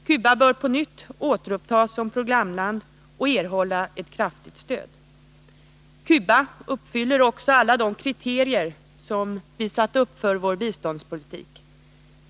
Cuba bör på nytt upptas som programland och erhålla ett kraftigt stöd. Cuba uppfyller också alla de kriterier som vi har satt upp för vår biståndspolitik.